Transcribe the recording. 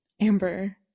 Amber